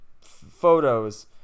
photos